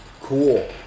Cool